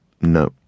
No